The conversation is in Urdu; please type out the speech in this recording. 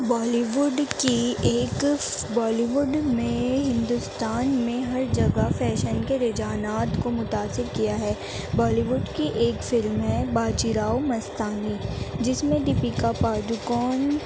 بالی وڈ کی ایک بالی وڈ میں ہندوستان میں ہر جگہ فیشن کے رجحانات کو متاثر کیا ہے بالی وڈ کی ایک فلم ہے باجی راؤ مستانی جس میں دیپکا پادوکون